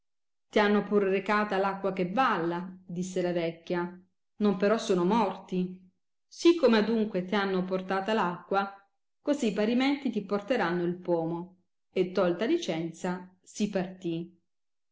ti hanno pur recata l acqua che balla disse la vecchia non però sono morti sì come adunque ti hanno portata l'acqua così parimenti ti porteranno il pomo e tolta licenza si partì